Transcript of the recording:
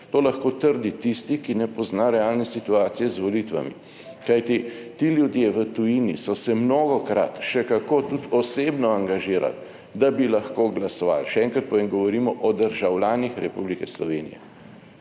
to lahko trdi tisti, ki ne pozna realne situacije z volitvami, kajti ti ljudje v tujini so se mnogokrat še kako tudi osebno angažirali, da bi lahko glasovali. 27. TRAK (VI) 11.10 (nadaljevanje) Še enkrat povem, govorimo o državljanih Republike Slovenije.